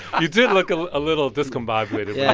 you did look a ah little discombobulated yeah